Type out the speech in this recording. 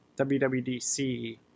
WWDC